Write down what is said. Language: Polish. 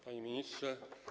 Panie Ministrze!